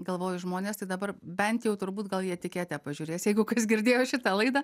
galvoju žmonės tai dabar bent jau turbūt gal į etiketę pažiūrės jeigu kas girdėjo šitą laidą